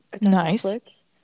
Nice